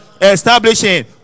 establishing